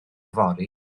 fory